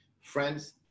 friends